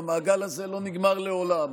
והמעגל הזה לא נגמר לעולם.